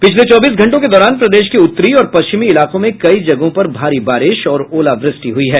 पिछले चौबीस घंटों के दौरान प्रदेश के उत्तरी और पश्चिमी इलाकों में कई जगहों पर भारी बारिश और ओलावृष्टि हुई है